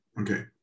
Okay